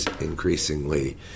increasingly